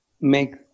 make